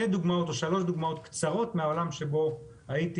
שלוש דוגמאות קצרות מהעולם שבו הייתי